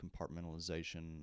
compartmentalization